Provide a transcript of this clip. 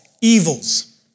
evils